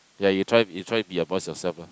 ya you try you try be a boss yourself lah